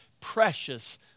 precious